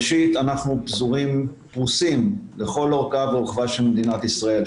ראשית אנחנו פרוסים לכל אורכה ורוחבה של מדינת ישראל,